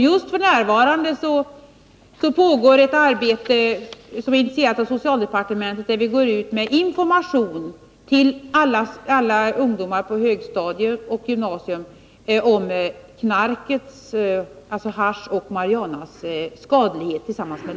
Just nu pågår ett arbete, som är initierat av socialdepartementet och där vi går ut med information, tillsammans med lärarhandledning, till alla ungdomar på högstadium och gymnasium om knarkets — hasch och marijuana —skadlighet.